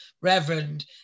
reverend